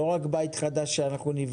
לא רק בית חדש שנבנה.